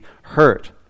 hurt